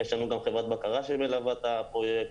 יש לנו גם חברת בקרה שמלווה את הפרויקט.